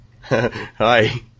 Hi